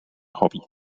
hobby